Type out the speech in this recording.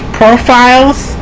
profiles